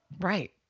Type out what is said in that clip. Right